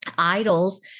Idols